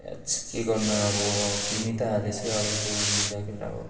के गर्नु अब किनी त हालेको छु अब त्यो ज्याकेट अब